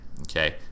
okay